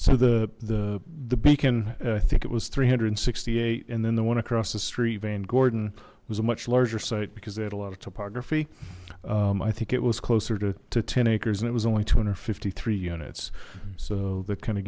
so the the beacon i think it was three hundred and sixty eight and then the one across the street van gordon was a much larger site because they had a lot of topography i think it was closer to ten acres and it was only two hundred fifty three units so that kind of